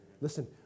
Listen